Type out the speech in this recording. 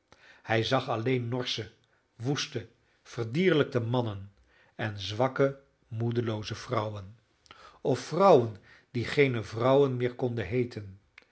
hij zag alleen norsche woeste verdierlijkte mannen en zwakke moedelooze vrouwen of vrouwen die geene vrouwen meer konden heeten de